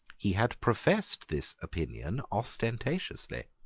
he had professed this opinion ostentatiously.